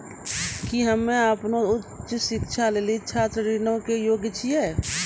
कि हम्मे अपनो उच्च शिक्षा लेली छात्र ऋणो के योग्य छियै?